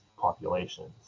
populations